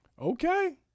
Okay